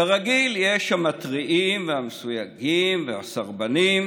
כרגיל, יש מתריעים ומסויגים וסרבנים,